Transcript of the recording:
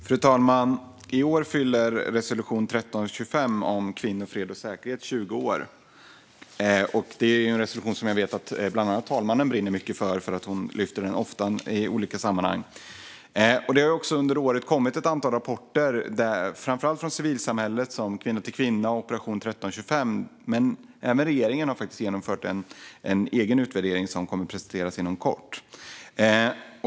Fru talman! I år fyller resolution 1325, om kvinnor, fred och säkerhet, 20 år. Detta är en resolution som jag vet att bland annat talmannen brinner mycket för - hon tar ofta upp den i olika sammanhang. Det har under året kommit ett antal rapporter - framför allt från civilsamhället, som Kvinna till Kvinna och Operation 1325, men även regeringen har faktiskt genomfört en egen utvärdering som kommer att presenteras inom kort.